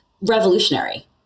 revolutionary